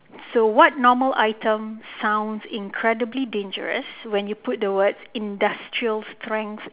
so what normal item sounds incredibly dangerous when you put the words industrial strength